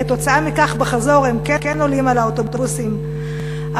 כתוצאה מכך בחזור הם כן עולים על האוטובוסים הרגילים,